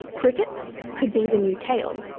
crickets could be the new kale.